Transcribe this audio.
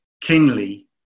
kingly